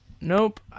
Nope